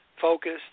focused